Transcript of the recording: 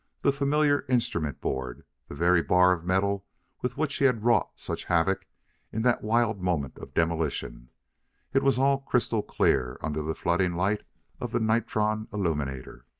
the familiar instrument board, the very bar of metal with which he had wrought such havoc in that wild moment of demolition it was all crystal clear under the flooding light of the nitron illuminator!